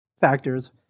factors